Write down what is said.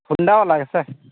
Honda ᱵᱟᱞᱟ ᱜᱮᱥᱮ